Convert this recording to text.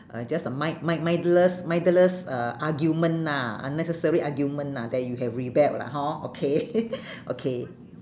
uh just a mind mind mindless mindless uh argument lah unnecessary argument lah that you have rebelled lah hor okay okay